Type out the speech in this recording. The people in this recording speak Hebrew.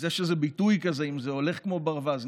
אז יש איזה ביטוי כזה: אם זה הולך כמו ברווז,